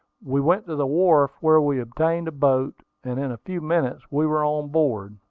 we went to the wharf, where we obtained a boat, and in a few minutes we were on board.